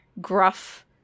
gruff